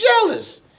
jealous